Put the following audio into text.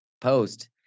post